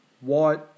white